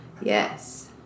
Yes